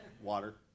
water